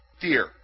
Fear